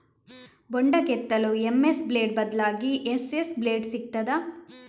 ಬೊಂಡ ಕೆತ್ತಲು MS blade ಬದ್ಲಾಗಿ ಎಸ್.ಎಸ್ ಬ್ಲೇಡ್ ಸಿಕ್ತಾದ?